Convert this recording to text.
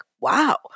wow